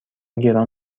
گران